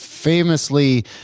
famously